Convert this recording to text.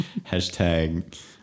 Hashtag